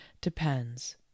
depends